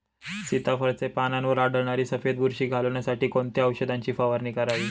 सीताफळाचे पानांवर आढळणारी सफेद बुरशी घालवण्यासाठी कोणत्या औषधांची फवारणी करावी?